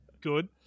good